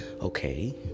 Okay